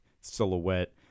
silhouette